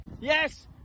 Yes